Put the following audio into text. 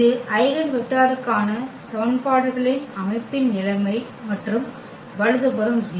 இது ஐகென் வெக்டருக்கான சமன்பாடுகளின் அமைப்பின் நிலைமை மற்றும் வலது புறம் 0